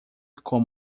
com